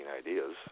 ideas